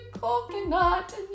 coconut